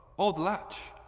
oh the latch.